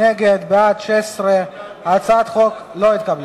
אני הפעלתי את ההצבעה בדיוק בזמן.